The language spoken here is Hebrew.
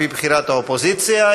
על-פי בחירת האופוזיציה,